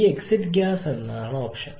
ഈ exit gas എന്നതാണ് option